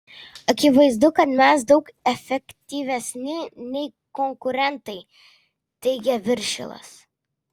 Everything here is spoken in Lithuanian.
akivaizdu kad mes daug efektyvesni nei konkurentai teigia viršilas